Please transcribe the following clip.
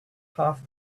half